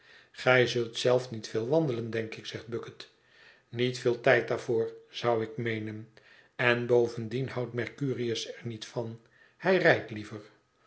gij zult zelf niet veel wandelen denk ik zegt bucket niet veel tijd daarvoor zou ik meenen en bovendien houdt mercurius er niet van hij rijdt liever